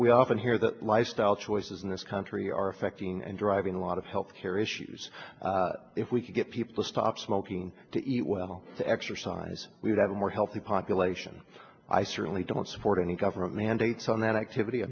we often hear that lifestyle choices in this country are affecting and driving a lot of health care issues if we can get people stop smoking to eat well exercise we'd have a more healthy population i certainly don't support any government mandates on that activity